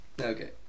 Okay